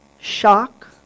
shock